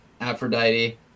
Aphrodite